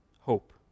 hope